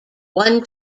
one